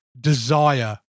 desire